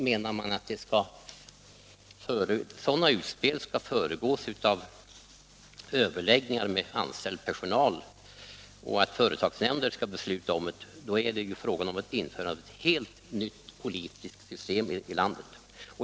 Menar man att sådana utspel skall föregås av överläggningar med anställd personal och att företagsnämnder skall besluta i sådana här fall, då är det fråga om införande av ett helt nytt politiskt system i landet.